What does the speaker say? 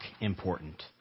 important